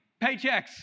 paychecks